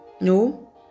No